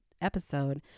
episode